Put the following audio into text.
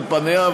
על פניה,